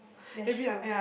that's true